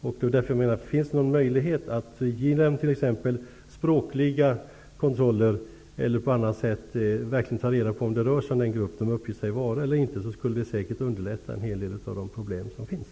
Därför undrar jag om det finns någon möjlighet att genom språkliga kontroller eller på annat sätt verkligen ta reda på om det rör sig om den grupp som de uppger sig tillhöra eller inte. Det skulle i så fall säkert motverka en del av de problem som finns.